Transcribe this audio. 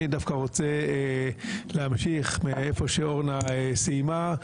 אני דווקא רוצה להמשיך היכן שאורנה סיימה.